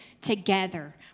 together